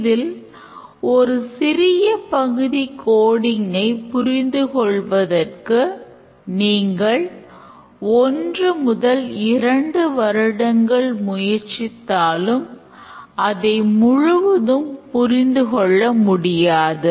இதில் ஒரு சிறிய பகுதி கோடிங்கை புரிந்து கொள்வதற்கு நீங்கள் ஒன்று முதல் இரண்டு வருடங்கள் முயற்சித்தாலும் அதை முழுவதும் புரிந்துகொள்ள முடியாது